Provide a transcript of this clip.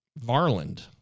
Varland